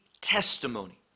Testimony